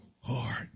heart